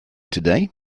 today